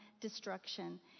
destruction